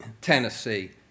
Tennessee